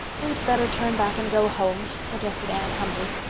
we'd better turn back and go home, suggested anne humbly.